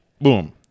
Boom